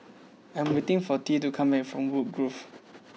I am waiting for Tea to come back from Woodgrove